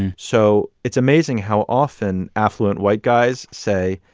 so it's amazing how often affluent white guys say,